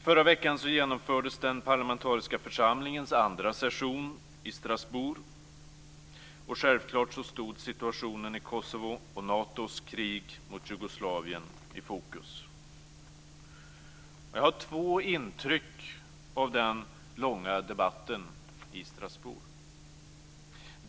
Förra veckan genomfördes den parlamentariska församlingens andra session i Strasbourg. Självfallet stod situationen i Kosovo och Natos krig mot Jugoslavien i fokus. Jag har två intryck av den långa debatten i Strasbourg.